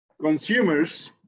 consumers